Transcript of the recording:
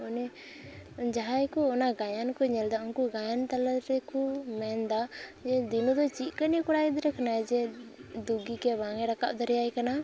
ᱩᱱᱤ ᱡᱟᱦᱟᱸᱭ ᱠᱚ ᱚᱱᱟ ᱜᱟᱭᱟᱱ ᱠᱚ ᱧᱮᱞ ᱮᱫᱟ ᱩᱱᱠᱩ ᱜᱟᱭᱟᱱ ᱛᱟᱞᱟ ᱨᱮᱠᱩ ᱢᱮᱱ ᱮᱫᱟ ᱫᱤᱱᱩ ᱫᱚ ᱪᱮᱫ ᱞᱮᱠᱟᱱᱤᱡ ᱠᱚᱲᱟ ᱜᱚᱫᱽᱨᱟᱹ ᱠᱟᱱᱟᱭ ᱡᱮ ᱫᱩᱜᱤ ᱠᱮ ᱵᱟᱝᱼᱮ ᱨᱟᱠᱟᱵ ᱫᱟᱨᱮᱭᱟᱭ ᱠᱟᱱᱟ